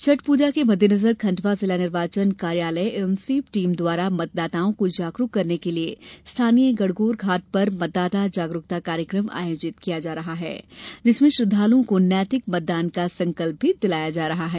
छठ पूजा के मद्देनजर खंडवा जिला निर्वाचन कार्यालय एवं स्वीप टीम द्वारा मतदाताओं को जागरूक करने के लिए स्थानीय गणगोर घाट पर मतदाता जागरूकता कार्यक्रम आयोजित किया जायेगा जिसमें श्रद्धालुओं को नैतिक मतदान का संकल्प दिलाया जाएगा